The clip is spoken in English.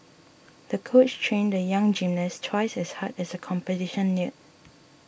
the coach trained the young gymnast twice as hard as the competition neared